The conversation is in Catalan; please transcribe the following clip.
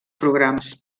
programes